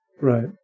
Right